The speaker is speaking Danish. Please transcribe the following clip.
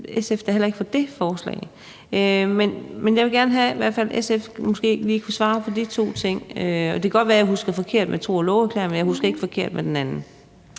SF da heller ikke for det forslag. Jeg vil gerne have, om SF måske lige kunne svare på de to ting. Det kan godt være, jeg husker forkert med tro og love-erklæringerne, men jeg husker ikke forkert med det andet